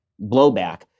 blowback